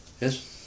yes